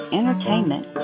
Entertainment